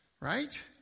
Right